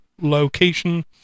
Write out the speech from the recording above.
location